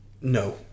No